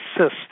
assist